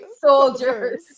Soldiers